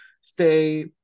stay